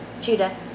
Judah